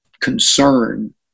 concern